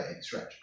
stretch